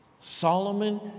Solomon